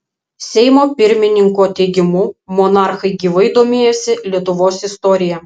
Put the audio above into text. seimo pirmininko teigimu monarchai gyvai domėjosi lietuvos istorija